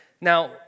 Now